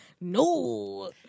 No